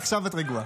עכשיו את רגועה.